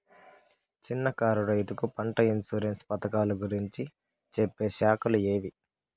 చిన్న కారు రైతుకు పంట ఇన్సూరెన్సు పథకాలు గురించి చెప్పే శాఖలు ఏవి?